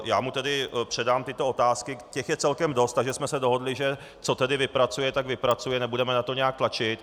Já mu tedy předám tyto otázky, těch je celkem dost, takže jsme se dohodli, že co vypracuje, tak vypracuje, nebudeme na to nijak tlačit.